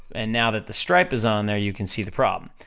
and now that the stripe is on there, you can see the problem.